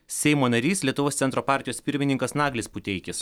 seimo narys lietuvos centro partijos pirmininkas naglis puteikis